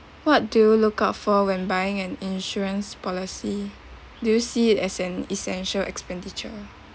what do you look out for when buying an insurance policy do you see it as an essential expenditure